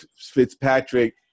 Fitzpatrick